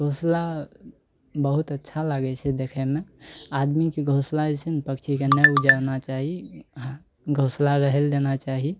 घोसला बहुत अच्छा लागय छै देखयमे आदमीके घोसला जे छै ने पक्षी के नहि उजारना चाही घोसला रहय लए देना चाही